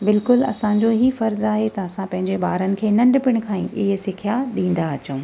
बिल्कुलु असांजो ई फ़र्जु आहे त असां पंहिंजे ॿारनि खे नंढपिण खां ई ऐं सिखिया ॾींदा अचूं